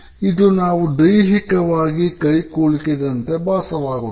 ಇದು ನಾವು ದೈಹಿಕವಾಗಿ ಕೈ ಕುಲಿಕಿದಂತೆ ಭಾಸವಾಗುತ್ತದೆ